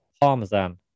parmesan